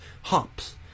hops